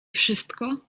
wszystko